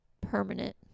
permanent